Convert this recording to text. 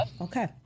okay